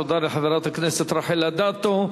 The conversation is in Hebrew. תודה לחברת הכנסת רחל אדטו.